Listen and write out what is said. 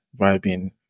vibing